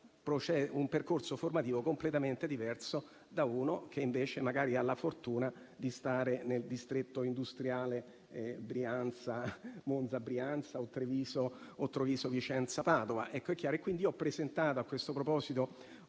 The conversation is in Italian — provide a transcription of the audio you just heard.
un percorso formativo completamente diverso da quello di uno che invece magari ha la fortuna di trovarsi nel distretto industriale Monza-Brianza o Treviso-Vicenza-Padova. Ho presentato